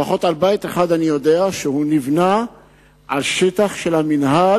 לפחות על בית אחד אני יודע שהוא נבנה על שטח של המינהל,